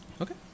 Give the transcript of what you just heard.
Okay